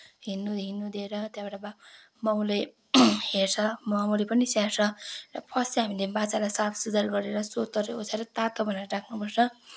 हिड्नु हिड्नु दिएर त्यहाँबाट माउले हेर्छ माउले पनि स्याहार्छ र फर्स्ट चाहिँ हामीले बाच्छालाई साफ सुग्घर गरेर सोतरहरू ओछ्याएर तातो बनाएर राख्नुपर्छ